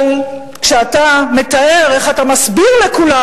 אבל כשאתה מתאר איך אתה מסביר לכולם